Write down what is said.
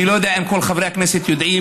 אני לא יודע אם כל חברי הכנסת יודעים